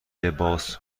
لباس